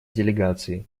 делегации